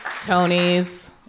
Tony's